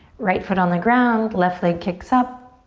right foot on the ground, left leg kicks up.